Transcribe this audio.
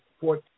four